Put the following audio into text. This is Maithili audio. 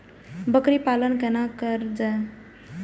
बकरी पालन केना कर जाय?